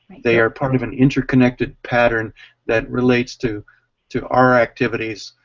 they are part of an interconnected pattern that relates to to our activities,